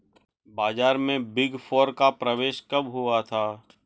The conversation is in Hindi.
बाजार में बिग फोर का प्रवेश कब हुआ था?